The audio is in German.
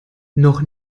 noch